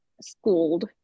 schooled